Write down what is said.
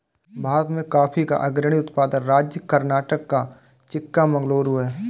भारत में कॉफी का अग्रणी उत्पादक राज्य कर्नाटक का चिक्कामगलूरू है